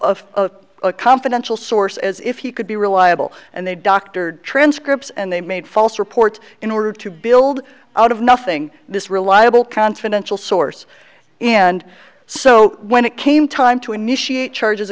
a confidential source as if he could be reliable and they doctored transcripts and they made false reports in order to build out of nothing this reliable confidential source and so when it came time to initiate charges